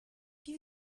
piv